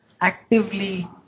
actively